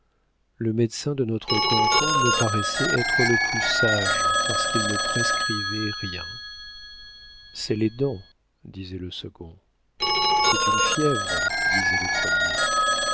le médecin de notre canton me paraissait être le plus sage parce qu'il ne prescrivait rien ce sont les dents disait le second c'est une fièvre disait le premier